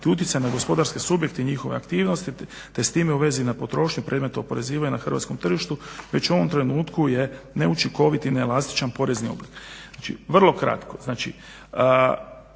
utjecanje na gospodarske subjekte i njihove aktivnosti, te s time u vezi na potrošnju predmet oporezivanja na hrvatskom tržištu, već u ovom trenutku je neučinkovit i neelastičan porezni oblik. Vrlo kratko,